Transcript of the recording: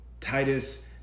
Titus